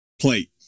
plate